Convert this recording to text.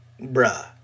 bruh